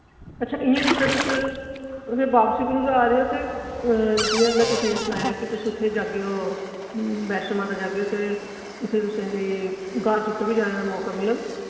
अच्छा इ'यां जिसलै तुस उथे बाप्सी पर आ दे ओ ते जि'यां में तुसें सनाया कि तुस उत्थे जाग्गे ओ वैश्णो माता जाग्गे ओ ते उत्थे तुसें दी गार जित्तो वी जाने दा मौका मिलग